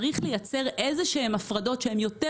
צריך לייצר איזשהם הפרדות שהן יותר